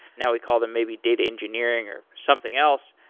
now we call them maybe data engineering or something else,